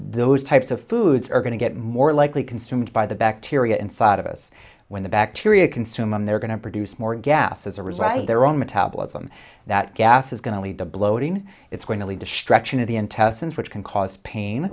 those types of foods are going to get more likely consumed by the bacteria inside of us when the bacteria consume them they're going to produce more gas as a result of their own metabolism that gas is going to lead to bloating it's going to lead destruction of the intestines which can cause pain